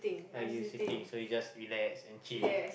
uh you sitting so you just relax and chill